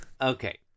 Okay